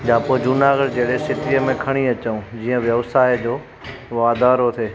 जा पोइ जूनागढ़ जहिड़े सिटीअ में खणी अचूं जीअं व्यवसाए जो वाधारो थिए